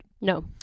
no